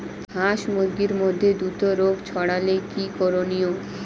হাস মুরগির মধ্যে দ্রুত রোগ ছড়ালে কি করণীয়?